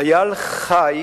חייל חי